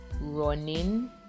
running